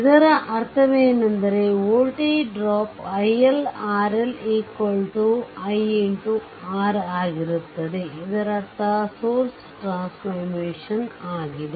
ಇದರ ಅರ್ಥವೇನೆಂದರೆ voltage drop iL x RL v i x R ಆಗಿರತ್ತದೆ ಇದರರ್ಥ ಸೋರ್ಸ್ ಟ್ರಾನ್ಸಪಾರ್ಮೇಷನ್ ಆಗಿದೆ